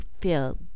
feel